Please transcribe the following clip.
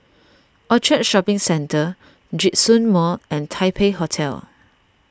Orchard Shopping Centre Djitsun Mall and Taipei Hotel